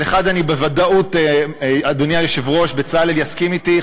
על אחד בוודאות אדוני היושב-ראש בצלאל יסכים אתי,